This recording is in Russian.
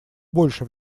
больше